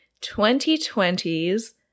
2020's